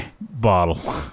bottle